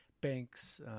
Banks